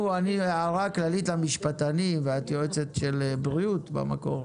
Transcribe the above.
הערה כללית למשפטנים ואת יועצת של בריאות במקור,